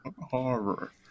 Horror